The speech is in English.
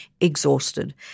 exhausted